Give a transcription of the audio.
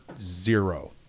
zero